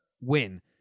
win